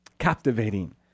captivating